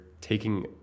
taking